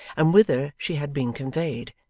and whither she had been conveyed.